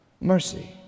Mercy